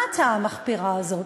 מה ההצעה המחפירה הזאת?